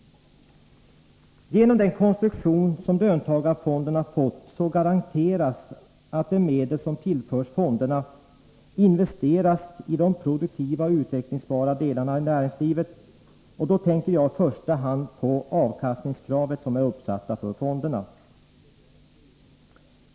Genom den konstruktion som löntagarfonderna fått garanteras att de medel som tillförs fonderna investeras i de produktiva och utvecklingsbara delarna i näringslivet. Då tänker jag i första hand på de avkastningskrav som är uppsatta för fonderna.